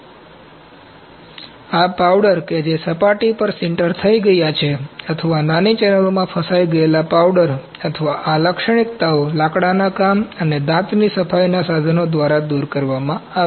તેથી આ પાઉડર કે જે સપાટી પર સિન્ટર થઈ ગયા છે અથવા નાની ચેનલોમાં ફસાઈ ગયેલા પાવડર અથવા આ લાક્ષણિક્તાઓ લાકડાના કામ અને દાંતની સફાઈના સાધનો દ્વારા દૂર કરવામાં આવે છે